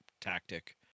tactic